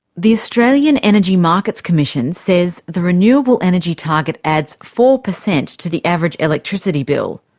the australian energy markets commission says the renewable energy target adds four percent to the average electricity bill.